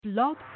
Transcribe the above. Blog